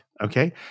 okay